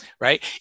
right